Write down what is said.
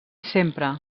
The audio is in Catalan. sempre